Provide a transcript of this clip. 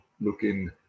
looking